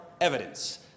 evidence